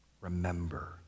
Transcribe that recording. remember